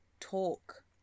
talk